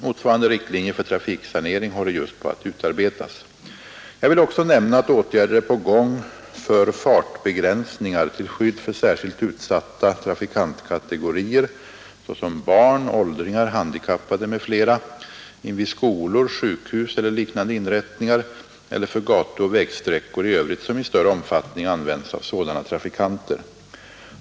Motsvarande riktlinjer för trafiksanering håller just på att utarbetas. Jag vill också nämna att åtgärder är på gång för fartbegränsningar till skydd för särskilt utsatta trafikantkategorier, såsom barn, åldringar, handikappade m.fl. invid skolor, sjukhus eller liknande inrättningar eller för gatuoch vägsträckor i övrigt som i större omfattning används av sådana trafikanter.